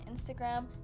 Instagram